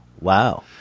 Wow